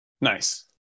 Nice